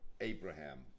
Abraham